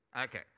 Okay